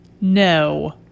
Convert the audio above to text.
No